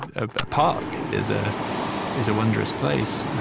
ah a park is ah is a wondrous place.